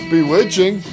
Bewitching